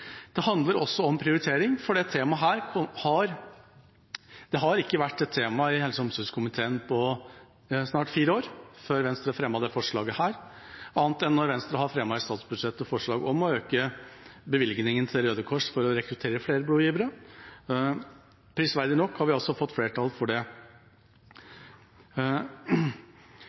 Det handler også om prioritering, for dette har ikke vært et tema i helse- og omsorgskomiteen på snart fire år, før Venstre fremmet dette forslaget, annet enn når Venstre i forbindelse med behandlingen av statsbudsjett har fremmet forslag om å øke bevilgningen til Røde Kors for å rekruttere flere blodgivere. Prisverdig nok har vi fått flertall for det.